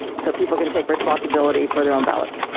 so people can take responsibility for their own ballots.